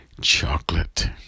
chocolate